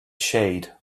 shade